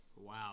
Wow